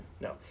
No